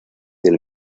del